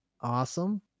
awesome